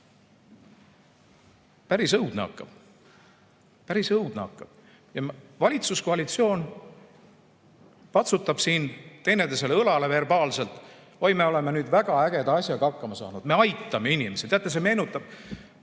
Päris õudne hakkab. Päris õudne hakkab. Valitsuskoalitsioon patsutab siin teineteisele verbaalselt õlale: oi, me oleme nüüd väga ägeda asjaga hakkama saanud, me aitame inimesi! Teate, see meenutab